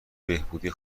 بهبودی